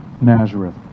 Nazareth